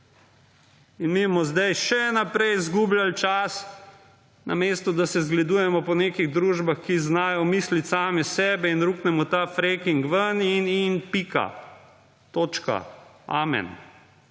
In mi bomo zdaj še naprej izgubljali čas namesto, da se zgledujemo po neki družbah, ki znajo misliti sami sebe in ruknemo ta fracking ven in pika. Točka. Amen.